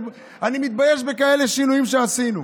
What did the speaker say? אני מתבייש בכאלה שינויים שעשינו.